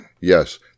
Yes